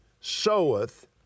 soweth